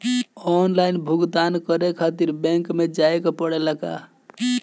Online भुगतान करे के खातिर बैंक मे जवे के पड़ेला का?